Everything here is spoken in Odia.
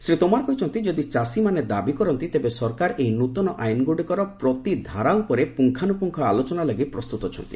ଶ୍ରୀ ତୋମାର କହିଛନ୍ତି ଯଦି ଚାଷୀମାନେ ଦାବି କରନ୍ତି ତେବେ ସରକାର ଏହି ନୃତନ ଆଇନଗୁଡ଼ିକର ପ୍ରତି ଧାରା ଉପରେ ପୁଙ୍ଗାନୁପୁଙ୍ଗ ଆଲୋଚନା ଲାଗି ପ୍ରସ୍ତୁତ ଅଛନ୍ତି